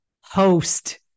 host